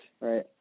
right